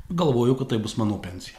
galvojau kad tai bus mano pensija